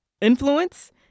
influence